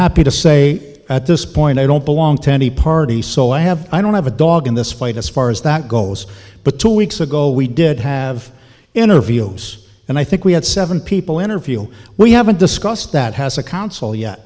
happy to say at this point i don't belong to any party so i have i don't have a dog in this fight as far as that goes but two weeks ago we did have interviews and i think we had seven people interview we haven't discussed that has a council yet